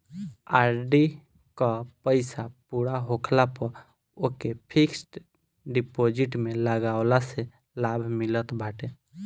RD कअ पईसा पूरा होखला पअ ओके फिक्स डिपोजिट में लगवला से लाभ मिलत बाटे